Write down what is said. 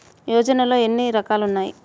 యోజనలో ఏన్ని రకాలు ఉన్నాయి?